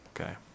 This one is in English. okay